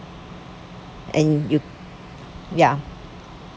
and you ya